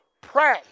pray